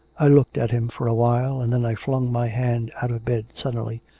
i looked at him for a while, and then i flung my hand out of bed suddenly,